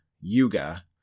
Yuga